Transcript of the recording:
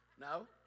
No